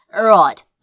Right